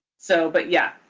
so, but, yeah.